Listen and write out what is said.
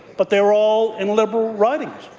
but they're all in liberal ridings.